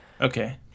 Okay